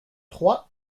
trois